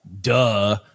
duh